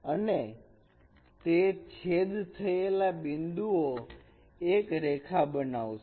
અને તે છેદ થયેલા બિંદુઓ એક રેખા બનાવશે